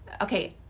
okay